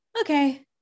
okay